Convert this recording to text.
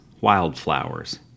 wildflowers